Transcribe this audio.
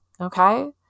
Okay